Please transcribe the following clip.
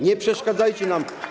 Nie przeszkadzajcie nam.